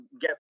get